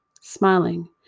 Smiling